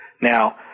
Now